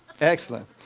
Excellent